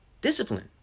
discipline